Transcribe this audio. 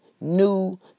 new